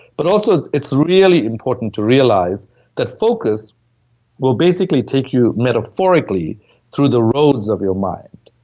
but also it's really important to realize that focus will basically take you metaphorically through the roads of your mind.